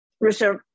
reserve